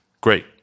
great